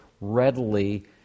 readily